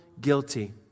guilty